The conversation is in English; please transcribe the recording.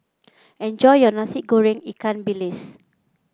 enjoy your Nasi Goreng Ikan Bilis